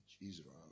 Israel